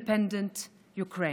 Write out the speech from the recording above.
תקווה לשלום, תקווה